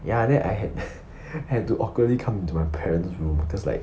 ya then I I had to awkwardly come into my parent's room because like